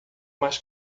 mais